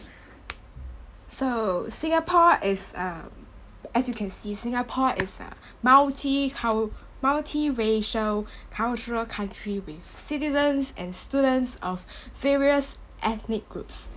so singapore is a as you can see singapore is a multicul~ multiracial cultural country with citizens and students of various ethnic groups